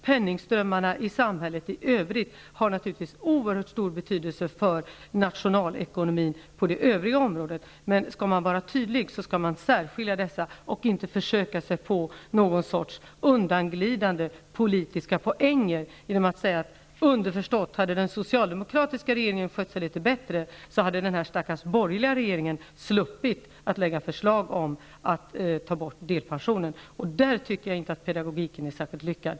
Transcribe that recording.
Penningströmmarna i samhället i övrigt har oerhört stor betydelse för nationalekonomin på det övriga området. Men om man skall vara tydlig skall man särskilja dessa saker och inte försöka sig på någon sorts undanglidande politiska poänger genom att, underförstått, säga att om den socialdemokratiska regeringen hade skött sig litet bättre, så hade den stackars borgerliga regeringen sluppit lägga fram förslag om att ta bort delpensionen. Där tycker jag inte att pedagogiken är särskilt lysande.